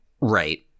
Right